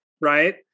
right